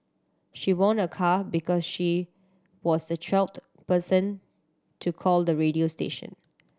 she won a car because she was the twelfth person to call the radio station